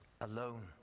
alone